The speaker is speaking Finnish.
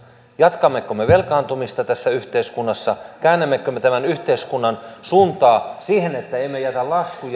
jatkammeko me velkaantumista tässä yhteiskunnassa käännämmekö me tämän yhteiskunnan suuntaa siihen että emme jätä laskuja